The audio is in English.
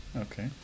Okay